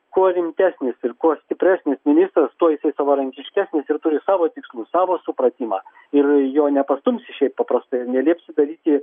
kuo rimtesnis ir kuo stipresnis ministras tuo jisai savarankiškesnis ir turi savo tikslus savo supratimą ir jo nepastumsi šiaip paprastai ir neliepsi daryti